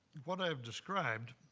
what i have described,